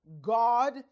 God